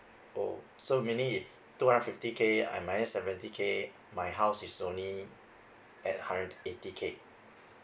oh so meaning if two hundred fifty K I minus seventy K my house is only at hundred eighty K